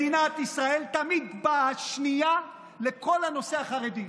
מדינת ישראל תמיד באה שנייה לכל הנושא החרדי.